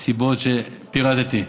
מסיבות שפירטתי.